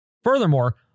Furthermore